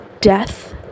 death